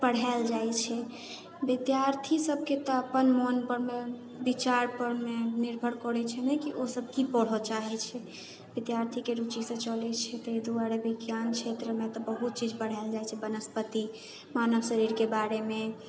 पढ़ाएल जाइ छै विद्यार्थी सबके तऽ अपन मोनपर मे विचारपर मे निर्भर करै छै नहि कि ओसब कि पढ़ऽ चाहै छै विद्यार्थीके रुचिसँ चलै छै ताहि दुआरे विज्ञान क्षेत्रमे तऽ बहुत चीज पढ़ाएल जाइ छै वनस्पति मानव शरीरके बारेमे